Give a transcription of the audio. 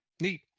neat